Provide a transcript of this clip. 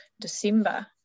December